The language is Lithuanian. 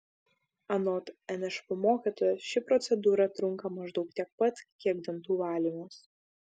anot nšp mokytojos ši procedūra trunka maždaug tiek pat kiek dantų valymas